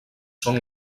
són